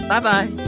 Bye-bye